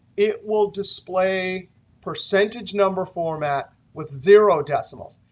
it will display percentage number format with zero decimals.